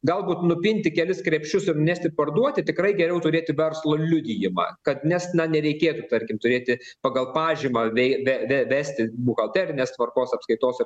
galbūt nupinti kelis krepšius ir nešti parduoti tikrai geriau turėti verslo liudijimą kad nes na nereikėtų tarkim turėti pagal pažymą bei ve ve vesti buhalterinės tvarkos apskaitos ir